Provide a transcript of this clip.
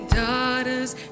daughters